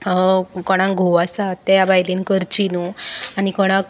कोणाक घोव आसा त्या बायलेन करचीं न्हू आनी कोणाक